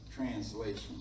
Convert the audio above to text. translation